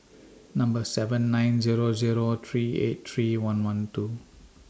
Number seven nine Zero Zero three eight three one one two